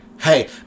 hey